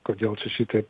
kodėl su šitaip